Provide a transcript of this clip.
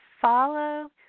follow